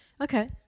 Okay